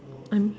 I'm